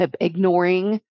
ignoring